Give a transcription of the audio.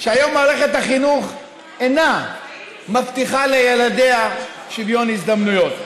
שהיום מערכת החינוך אינה מבטיחה לילדיה שוויון הזדמנויות.